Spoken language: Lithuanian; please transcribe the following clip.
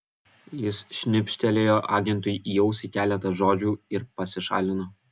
jis šnibžtelėjo agentui į ausį keletą žodžių ir pasišalino